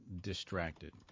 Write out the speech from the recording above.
distracted